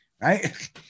right